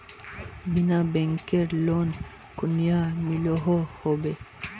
बिना बैंकेर लोन कुनियाँ मिलोहो होबे?